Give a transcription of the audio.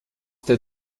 der